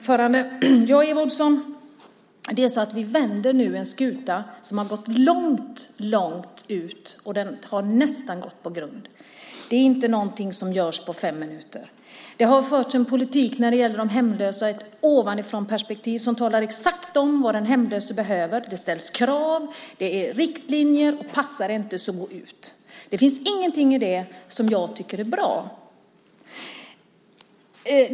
Fru talman! Eva Olofsson! Vi vänder nu en skuta som har gått långt, långt ut och nästan på grund. Det är inte någonting som görs på fem minuter. Det har förts en politik för de hemlösa i ett ovanifrånperspektiv som talar exakt om vad den hemlösa behöver. Det ställs krav, och det ges riktlinjer - passar det inte så gå ut! Det finns ingenting i detta som jag tycker är bra.